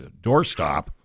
doorstop